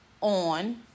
on